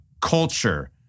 culture